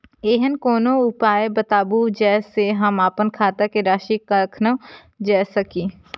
ऐहन कोनो उपाय बताबु जै से हम आपन खाता के राशी कखनो जै सकी?